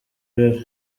rev